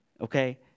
okay